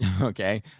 okay